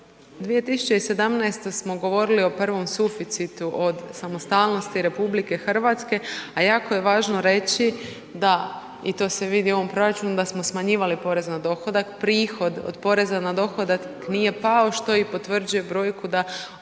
2017. smo govorili o prvom suficitu od samostalnosti RH a jako je važno reći da i to se vidi u ovom proračunu da smo smanjivali porez na dohodak, prihod od poreza na dohodak nije pao što i potvrđuje brojku da